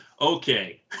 okay